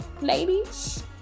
ladies